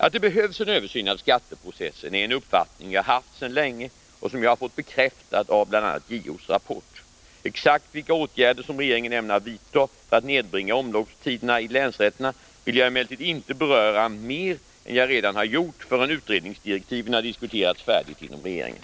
Att det behövs en översyn av skatteprocessen är en uppfattning jag haft sedan länge och som jag har fått bekräftad av bl.a. JO:s rapport. Exakt vilka åtgärder som regeringen ämnar vidta för att nedbringa omloppstiderna i länsrätterna vill jag emellertid inte beröra mer än jag redan har gjort förrän utredningsdirektiven har diskuterats färdigt inom regeringen.